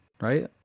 right